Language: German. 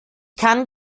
kann